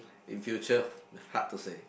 in future hard to say